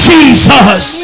Jesus